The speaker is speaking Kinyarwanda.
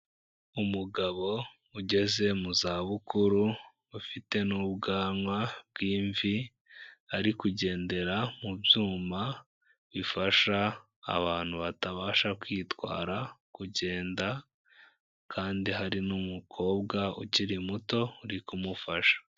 Umugabo ugeze mu za bukuru ufite n'ubwanwa bw'imvi ari kugendera mu byuma bifasha abantu batabasha kwitwara kugenda, kandi hari n'umukobwa ukiri muto uri kumufasha.